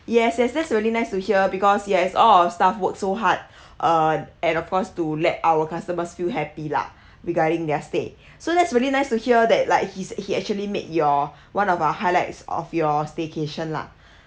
yes yes that's really nice to hear because yes all our staff work so hard err and of course to let our customers feel happy lah regarding their stay so that's really nice to hear that like he's he actually made your one of your highlights of your staycation lah